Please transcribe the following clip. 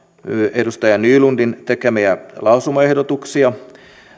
edustaja nylundin tekemiä lausumaehdotuksia